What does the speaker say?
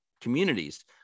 communities